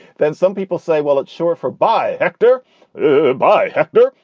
then some people say, well, it's short for by sector by sector.